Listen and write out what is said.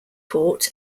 port